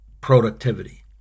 productivity